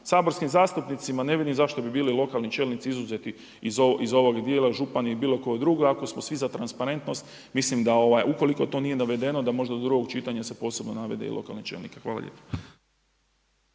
saborskim zastupnicima, ne vidim zašto bi bili lokalni čelnici izuzeti iz ovog dijela i župani ili bilo tko drugi ako smo svi za transparentnost. Mislim da ukoliko to nije navedeno da možda do drugog čitanja se posebno navede i lokalne čelnike. Hvala lijepo.